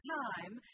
time